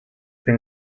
been